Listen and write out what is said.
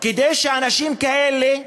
כדי שאנשים כאלה,